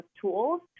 tools